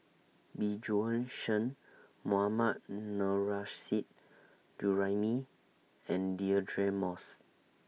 Bjorn Shen Mohammad Nurrasyid Juraimi and Deirdre Moss